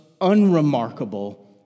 unremarkable